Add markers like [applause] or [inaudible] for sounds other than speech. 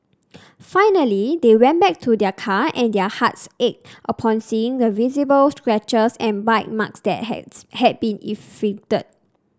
finally they went back to their car and their hearts ached upon seeing the visible scratches and bite marks that [unintelligible] had been inflicted